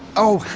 oh, ah,